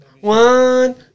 One